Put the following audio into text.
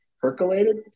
percolated